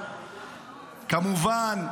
כמובן,